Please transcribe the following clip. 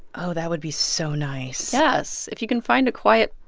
oh, that would be so nice yes. if you can find a quiet,